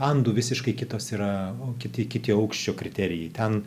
andų visiškai kitos yra kiti kiti aukščio kriterijai ten